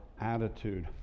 attitude